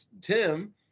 tim